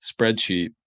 spreadsheet